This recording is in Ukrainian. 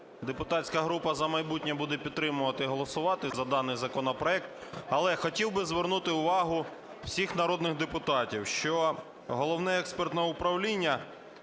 депутатська група "За майбутнє" буде підтримувати, голосувати за даний законопроект. Але хотів би звернути увагу всіх народних депутатів, що Головне експертне управління